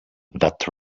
that